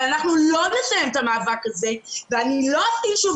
אבל אנחנו לא נסיים את המאבק הזה ואני לא אפעיל שוב